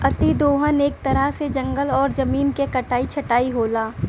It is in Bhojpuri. अति दोहन एक तरह से जंगल और जमीन क कटाई छटाई होला